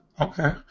Okay